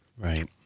Right